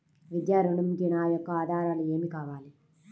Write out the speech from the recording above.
విద్యా ఋణంకి నా యొక్క ఆధారాలు ఏమి కావాలి?